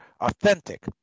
authentic